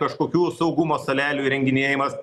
kažkokių saugumo salelių įrenginėjamas